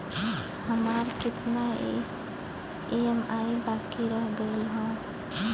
हमार कितना ई ई.एम.आई बाकी रह गइल हौ?